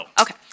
okay